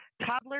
toddlers